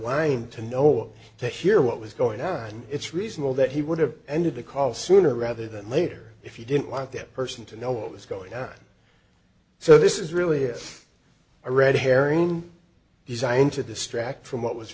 line to know to hear what was going on it's reasonable that he would have ended the call sooner rather than later if he didn't want that person to know what was going on so this is really a red herring he signed to distract from what was